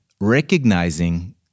recognizing